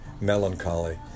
Melancholy